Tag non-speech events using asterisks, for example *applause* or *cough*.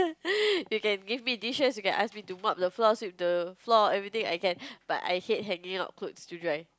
*laughs* you can give me dishes you can ask me to mop the floor sweep the floor everything I can but I hate hanging out clothes to dry